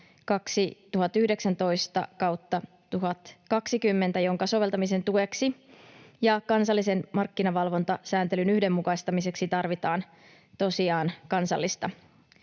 2019/1020, jonka soveltamisen tueksi ja kansallisen markkinavalvontasääntelyn yhdenmukaistamiseksi tarvitaan tosiaan kansallista